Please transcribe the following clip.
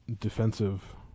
defensive